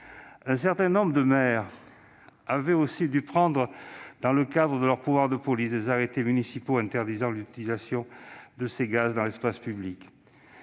Un certain nombre de maires ont ainsi dû prendre, dans le cadre de leurs pouvoirs de police, des arrêtés municipaux interdisant l'utilisation de ce gaz dans l'espace public.